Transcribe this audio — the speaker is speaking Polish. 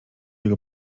jego